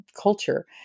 culture